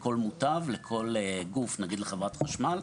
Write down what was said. לכל גוף,